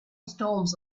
storms